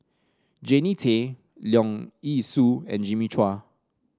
Jannie Tay Leong Yee Soo and Jimmy Chua